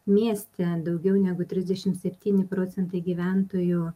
mieste daugiau negu trisdešimt septyni procentai gyventojų